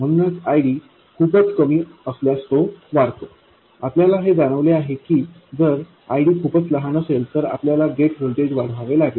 म्हणून ID खूपच कमी असल्यास तो वाढतो आपल्याला हे जाणवले आहे की जर ID खूपच लहान असेल तर आपल्याला गेट व्होल्टेज वाढवावे लागेल